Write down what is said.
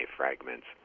fragments